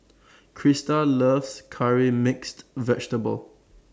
Krysta loves Curry Mixed Vegetable